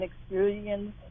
experience